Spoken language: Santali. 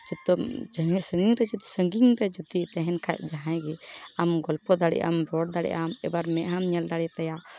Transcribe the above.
ᱡᱷᱚᱛᱚᱢ ᱡᱟᱦᱟᱸᱭ ᱥᱟᱺᱜᱤᱧ ᱨᱮ ᱥᱟᱺᱜᱤᱧ ᱨᱮ ᱡᱩᱫᱤ ᱛᱮᱦᱮᱱ ᱠᱷᱟᱡ ᱡᱟᱦᱟᱸᱭ ᱜᱮ ᱟᱢ ᱜᱚᱞᱯᱚ ᱫᱟᱲᱮᱭᱟᱜᱼᱟᱢ ᱨᱚᱲ ᱫᱟᱲᱮᱭᱟᱜᱼᱟᱢ ᱮᱵᱟᱨ ᱢᱮᱸᱫ ᱦᱟᱢ ᱧᱮᱞ ᱫᱟᱲᱮᱭᱟᱛᱟᱭᱟ